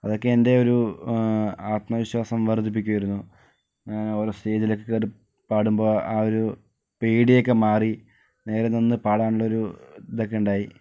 അതൊക്കെ എന്റെ ഒരു ആത്മവിശ്വാസം വർധിപ്പിക്കുമായിരുന്നു ഓരോ സ്റ്റേജിലൊക്കെ കേറി പാടുമ്പോൾ ആ ഒരു പേടിയൊക്കെ മാറി നേരേ നിന്ന് പാടാനുള്ള ഒരു ഇതൊക്കെ ഉണ്ടായി